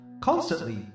constantly